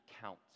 count